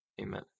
Amen